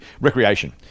recreation